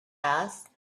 asked